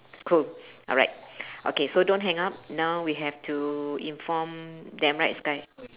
cool alright okay so don't hang up now we have to inform them right sky